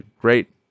great